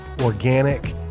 organic